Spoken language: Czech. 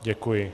Děkuji.